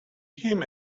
him